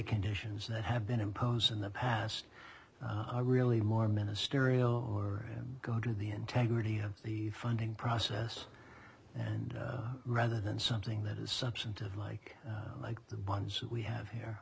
conditions that have been imposed in the past are really more ministerial or go to the integrity of the funding process rather than something that has substantive like like the ones we have here